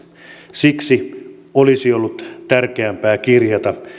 siksi olisi ollut tärkeämpää kirjata